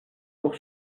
pour